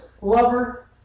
lover